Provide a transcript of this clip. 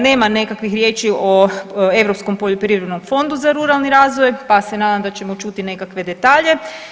Nema nekakvih riječi o Europskom poljoprivrednom fondu za ruralni razvoj, pa se nadam da ćemo čuti nekakve detalje.